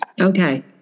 okay